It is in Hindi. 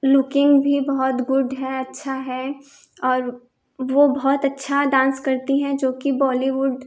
लुकिंग भी बहुत गुड है अच्छा है और वह बहुत अच्छा डांस करती है जो कि बॉलीवुड